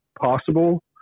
possible